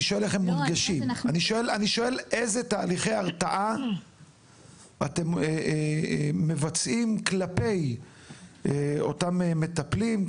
אני שואל מונגשים אילו תהליכי הרתעה אתם מבצעים כלפי אותם מטפלים,